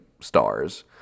stars